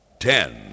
Ten